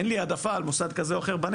אין לי העדפה של מוסד כזה או אחר בנגב,